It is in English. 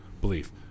belief